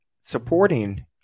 supporting